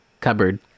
Cupboard